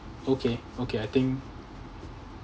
okay okay I think